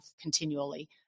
continually